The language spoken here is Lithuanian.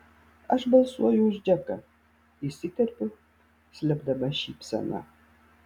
aš balsuoju už džeką įsiterpiu slėpdama šypseną